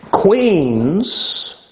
Queens